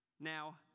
Now